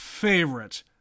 Favorite